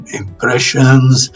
impressions